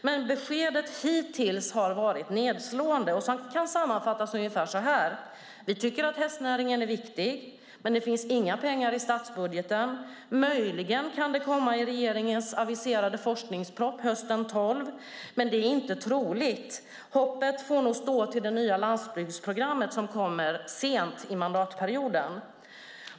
Dock har beskedet hittills varit nedslående och kan sammanfattas ungefär så här: Vi tycker att hästnäringen är viktig, men det finns inga pengar i statsbudgeten. Möjligen kan det komma i regeringens aviserade forskningsproposition hösten 2012, men det är inte troligt. Hoppet får nog stå till det nya landsbygdsprogrammet som kommer sent i mandatperioden.